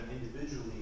individually